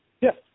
Yes